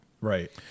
Right